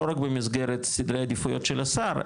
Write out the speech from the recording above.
לא רק במסגרת סדרי עדיפויות של השר,